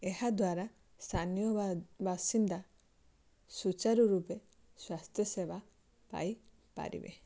ଏହାଦ୍ଵାରା ସ୍ଥାନୀୟ ବାସିନ୍ଦା ସୂଚାରୁ ରୂପେ ସ୍ଵାସ୍ଥ୍ୟସେବା ପାଇ ପାରିବେ